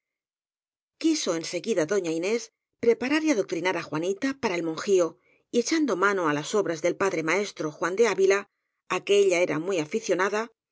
en seguida doña inés preparar y adoctri nar á juanita para el monjío y echando mano á las obras del padre maestro juan de ávila á que ella era muy aficionada